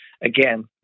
again